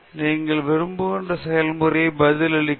நீங்கள் விரும்பும் செயல்முறை பதில்களை அதிகரிக்க வேண்டும்